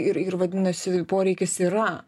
ir ir vadinasi poreikis yra